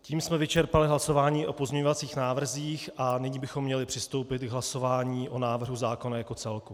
Tím jsme vyčerpali hlasování o pozměňovacích návrzích a nyní bychom měli přistoupit k hlasování o návrhu zákona jako celku.